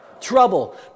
Trouble